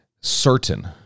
certain